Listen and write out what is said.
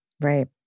Right